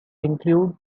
include